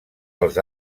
els